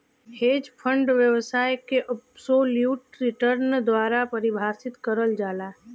hedge fund व्यवसाय के absolute return द्वारा परिभाषित करल जाला